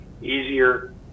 easier